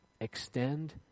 extend